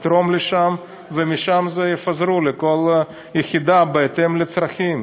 יתרום שם ומשם יפזרו לכל יחידה בהתאם לצרכים.